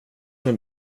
som